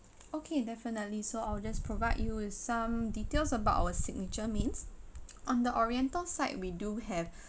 okay definitely so I'll just provide you with some details about our signature means on the oriental side we do have